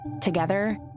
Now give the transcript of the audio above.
Together